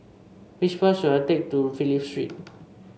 which bus should I take to Phillip Street